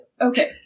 okay